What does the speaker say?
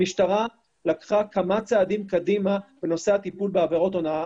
המשטרה לקחה כמה צעדים קדימה בנושא הטיפול בעבירות הונאה.